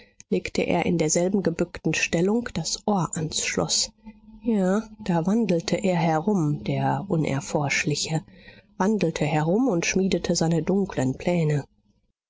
legte er in derselben gebückten stellung das ohr ans schloß ja da wandelte er herum der unerforschliche wandelte herum und schmiedete seine dunkeln pläne